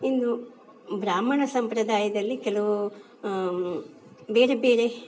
ಇನ್ನೂ ಬ್ರಾಹ್ಮಣ ಸಂಪ್ರದಾಯದಲ್ಲಿ ಕೆಲವು ಬೇರೆ ಬೇರೆ